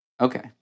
Okay